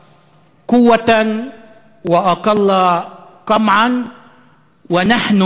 תהיו חזקות יותר ומדוכאות פחות ואנו,